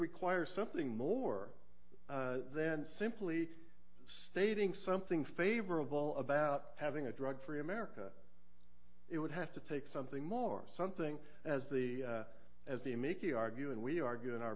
require something more than simply stating something favorable about having a drug free america it would have to take something more something as the as the make you argue and we argue in our